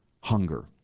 hunger